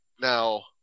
Now